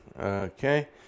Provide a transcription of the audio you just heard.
Okay